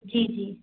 जी जी